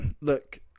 look